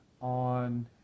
on